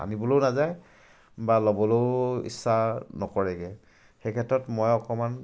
আনিবলৈয়ো নাযায় বা ল'বলৈয়ো ইচ্ছা নকৰেগৈ সেই ক্ষেত্ৰত মই অকমান